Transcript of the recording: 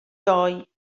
doi